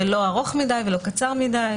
לא ארוך מידי ולא קצר מידי.